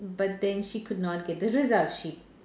but then she could not get the result she